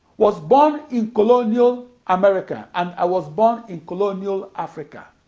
was born in colonial america and i was born in colonial africa.